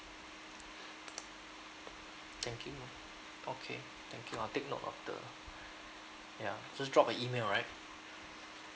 thank you okay thank you I'll take note of the ya just drop an email right